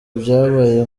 byabaye